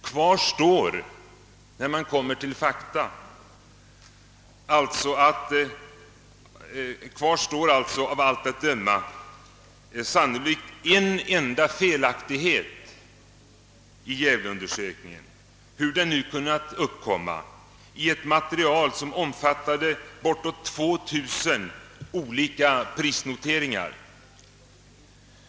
Kvar står alitså av allt att döma en enda felaktighet i Gävle-undersökningen — hur den nu kunnat uppkomma — i ett material som omfattade bortåt 2000 olika prisnoteringar.